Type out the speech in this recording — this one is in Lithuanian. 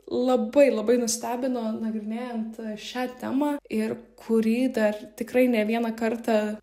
labai labai nustebino nagrinėjant šią temą ir kurį dar tikrai ne vieną kartą